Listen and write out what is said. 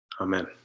Amen